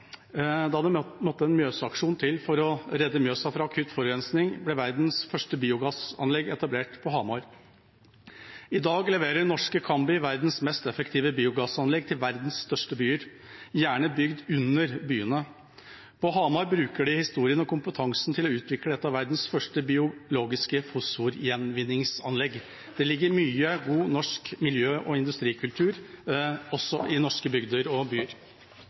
da Mjøsaksjonen måtte til for å redde Mjøsa fra akutt forurensning, ble verdens første biogassanlegg etablert på Hamar. I dag leverer norske Cambi verdens mest effektive biogassanlegg til verdens største byer – gjerne bygd under byene. På Hamar bruker de historien og kompetansen til å utvikle et av verdens første biologiske fosforgjenvinningsanlegg. Det ligger mye god, norsk miljø- og industrikultur i norske bygder og byer.